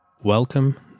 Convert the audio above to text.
Welcome